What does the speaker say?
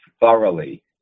thoroughly